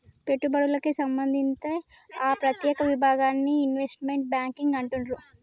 పెట్టుబడులకే సంబంధిత్తే ఆ ప్రత్యేక విభాగాన్ని ఇన్వెస్ట్మెంట్ బ్యేంకింగ్ అంటుండ్రు